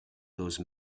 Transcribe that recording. those